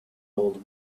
old